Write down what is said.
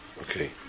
Okay